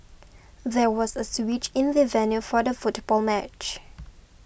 there was a switch in the venue for the football match